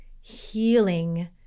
healing